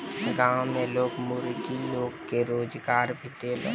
गांव में लोग मुर्गी फारम खोल के मुर्गी पालेलन अउरी ओइसे लोग के रोजगार भी देलन